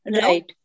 right